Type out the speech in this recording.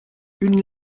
une